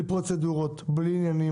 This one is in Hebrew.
בלי פרוצדורות, בלי עניינים.